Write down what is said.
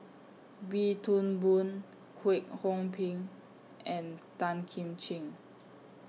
Wee Toon Boon Kwek Hong Png and Tan Kim Ching